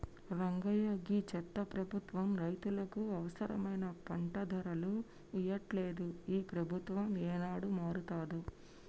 రంగయ్య గీ చెత్త ప్రభుత్వం రైతులకు అవసరమైన పంట ధరలు ఇయ్యట్లలేదు, ఈ ప్రభుత్వం ఏనాడు మారతాదో